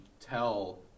tell